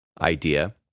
idea